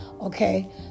Okay